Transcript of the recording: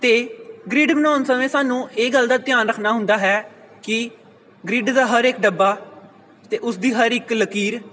ਤੇ ਗਰਿਡ ਬਣਾਉਣ ਸਮੇਂ ਸਾਨੂੰ ਇਹ ਗੱਲ ਦਾ ਧਿਆਨ ਰੱਖਣਾ ਹੁੰਦਾ ਹੈ ਕਿ ਗਰਿਡ ਦਾ ਹਰ ਇੱਕ ਡੱਬਾ ਅਤੇ ਉਸ ਦੀ ਹਰ ਇੱਕ ਲਕੀਰ